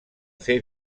fer